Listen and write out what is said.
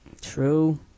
true